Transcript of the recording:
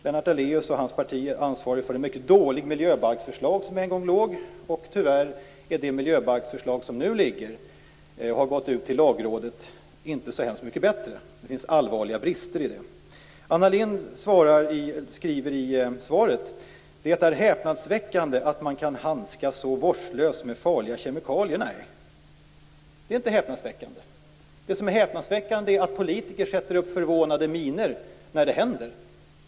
Lennart Daléus och hans parti är ansvariga för ett mycket dåligt miljöbalksförslag som en gång togs fram. Tyvärr är det miljöbalksförslag som nu ligger framme, och som har gått till Lagrådet, inte så hemskt mycket bättre. Det finns allvarliga brister i det. Anna Lindh skriver i svaret: "Det är häpnadsväckande att man kan handskas så vårdslöst med farliga kemikalier." Nej, det är inte häpnadsväckande. Det som är häpnadsväckande är att politiker sätter upp förvånade miner när det händer.